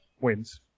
wins